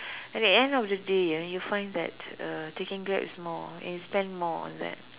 at the end of the day ah you find that uh taking Grab is more and you spend more on that